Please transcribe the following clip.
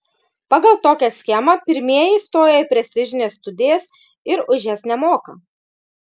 pagal tokią schemą pirmieji įstoja į prestižines studijas ir už jas nemoka